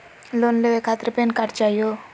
Loan लेवे खातीर PAN card चाहियो?